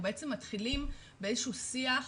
איתנו כי אנחנו בעצם מתחילים באיזה שהוא שיח